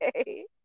okay